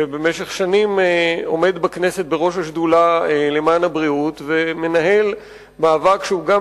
שבמשך שנים עומד בכנסת בראש השדולה למען הבריאות ומנהל מאבק שהוא גם